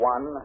One